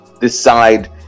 decide